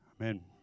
amen